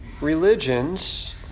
religions